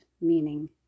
meaning